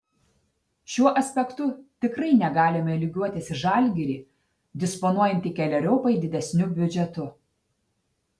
šiuo aspektu tikrai negalime lygiuotis į žalgirį disponuojantį keleriopai didesniu biudžetu